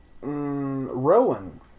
Rowan